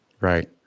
Right